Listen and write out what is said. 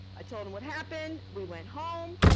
i told him what happened. we went home.